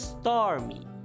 Stormy